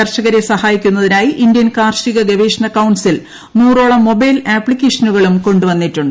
കർഷകരെ സഹായിക്കുന്നതിനായി ഇന്ത്യൻ കാർഷിക ഗവേഷണ കൌൺസിൽ നൂറോളം മൊബൈൽ ആപ്സിക്കേഷനുകളും കൊണ്ടുവന്നിട്ടുണ്ട്